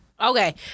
Okay